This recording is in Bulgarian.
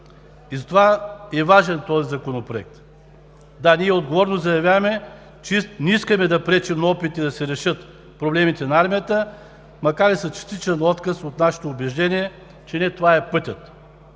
И затова е важен този законопроект. Да, ние отговорно заявяваме, че не искаме да пречим на опитите да се решат проблемите на армията, макар и с частичен отказ от нашето убеждение, че не това е пътят.